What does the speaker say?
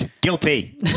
Guilty